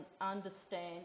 understand